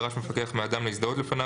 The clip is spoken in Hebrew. דרש מפקח מאדם להזדהות לפניו,